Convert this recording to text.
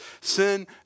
sin